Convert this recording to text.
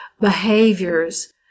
behaviors